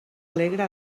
alegra